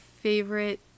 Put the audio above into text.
favorite